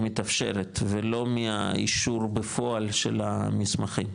מתאפשרת ולא מהאישור בפועל של המסמכים,